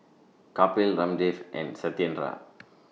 Kapil Ramdev and Satyendra